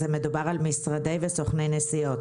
מדובר על משרדי וסוכני נסיעות.